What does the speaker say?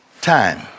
Time